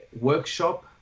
workshop